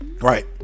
Right